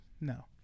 No